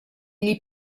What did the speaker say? gli